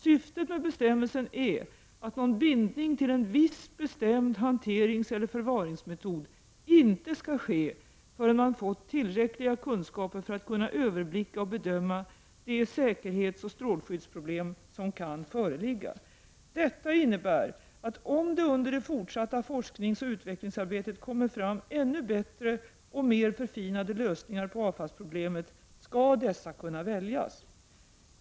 Syftet med bestämmelsen är att någon bindning till en viss bestämd hanteringseller förvaringsmetod inte skall ske förrän man fått tillräckliga kunskaper för att kunna överblicka och bedöma de säkerhetsoch strålskyddsproblem som kan föreligga. Detta innebär att om det under det fortsatta forskningsoch utvecklingsarbetet kommer fram ännu bättre eller mera förfinade lösningar på avfallsproblemet skall dessa kunna väljas.